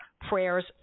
Prayers